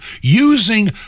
using